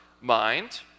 mind